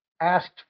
asked